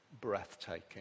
breathtaking